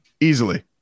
easily